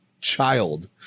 child